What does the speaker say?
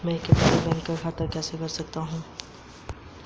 मैं एकाधिक बैंक खातों का प्रबंधन कैसे करूँ?